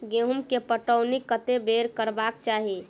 गेंहूँ केँ पटौनी कत्ते बेर करबाक चाहि?